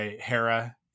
Hera